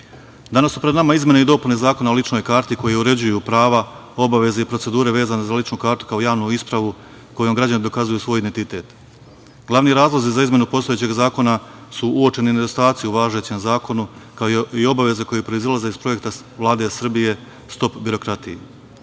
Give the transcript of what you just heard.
zna. Danas su pred nama izmene i dopune Zakona o ličnoj karti, koje uređuju prava, obaveze i procedure vezane za ličnu kartu, kao javnu ispravu kojom građani dokazuju svoj identitet. Glavni razlozi za izmenu postojećeg zakona su uočeni nedostaci u važećem zakonu, kao i obaveze koje proizilaze iz projekta Vlade Srbije „Stop birokratiji“.